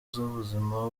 z’ubuzima